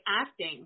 acting